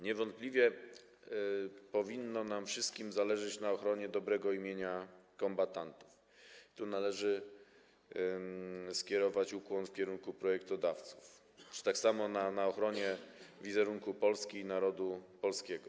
Niewątpliwie powinno nam wszystkim zależeć na ochronie dobrego imienia kombatantów - tu należy zrobić ukłon w stronę projektodawców - tak samo jak na ochronie wizerunku Polski i narodu polskiego.